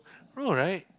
no right